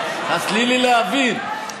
תני לי להבין,